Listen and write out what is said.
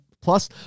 Plus